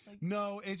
No